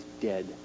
dead